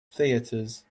theatres